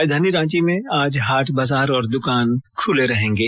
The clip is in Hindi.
राजधानी रांची में आज हाट बाजार और दुकान खुले रहेंगे